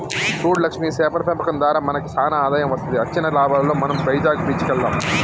సూడు లక్ష్మి సేపల పెంపకం దారా మనకి సానా ఆదాయం వస్తది అచ్చిన లాభాలలో మనం వైజాగ్ బీచ్ కి వెళ్దాం